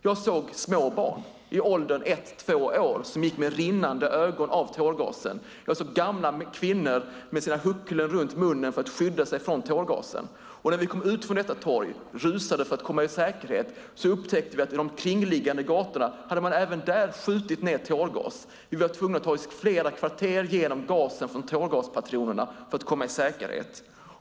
Jag såg små barn i åldern ett till två år som gick med rinnande ögon på grund av tårgasen. Jag såg gamla kvinnor med sina hucklen runt munnen för att skydda sig från tårgasen. När vi rusade ut från detta torg för att komma i säkerhet upptäckte vi att man även på de kringliggande gatorna hade skjutit ned tårgas. Vi var tvungna att ta oss flera kvarter genom gasen från tårgaspatronerna för att komma i säkerhet.